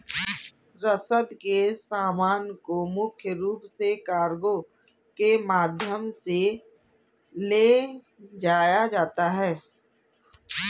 रसद के सामान को मुख्य रूप से कार्गो के माध्यम से ले जाया जाता था